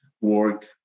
work